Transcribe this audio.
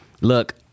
Look